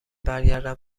برگردم